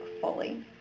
fully